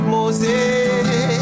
Moses